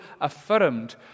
affirmed